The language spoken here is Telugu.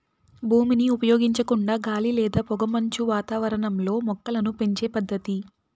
భూమిని ఉపయోగించకుండా గాలి లేదా పొగమంచు వాతావరణంలో మొక్కలను పెంచే పద్దతి